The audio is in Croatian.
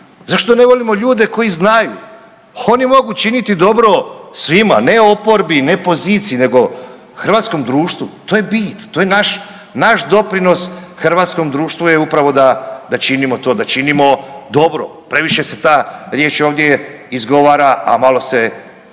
Zašto ne volimo ljude koji znaju? Oni mogu činiti dobro svima, ne oporbi, ne poziciji, nego hrvatskom društvu, to je bit, to je naš doprinos hrvatskom društvu je upravo to da činimo to, da činimo dobro. Previše se ta riječ ovdje izgovara, a malo se